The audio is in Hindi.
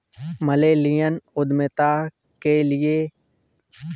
मिलेनियल उद्यमिता के एक सफल उद्यमी मार्क जुकरबर्ग हैं